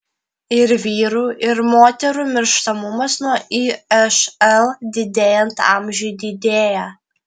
ir vyrų ir moterų mirštamumas nuo išl didėjant amžiui didėja